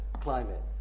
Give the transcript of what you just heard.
climate